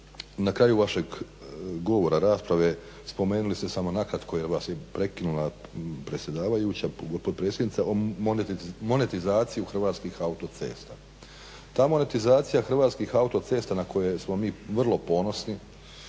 na kraju vašeg govora, rasprave spomenuli ste samo nakratko jer vas je prekinula predsjedavajuća potpredsjednica, monetizaciju Hrvatskih autocesta. Ta monetizacija hrvatskih autocesta na koje smo mi vrlo ponosni